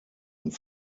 und